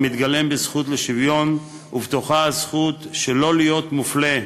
המתגלם בזכות לשוויון ובתוכה הזכות שלא להיות מופלה,